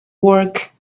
work